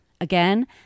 Again